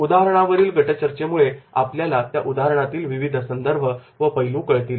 उदाहरणावरील गट चर्चेमुळे आपल्याला त्या उदाहरणातील विविध संदर्भ आणि पैलू कळतील